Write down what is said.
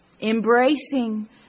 embracing